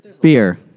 beer